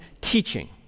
teaching